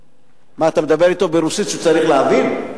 מה, אתה מדבר אתו ברוסית שהוא צריך להבין?